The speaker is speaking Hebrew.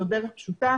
זאת דרך פשוטה,